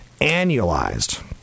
annualized